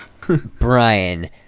brian